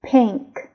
Pink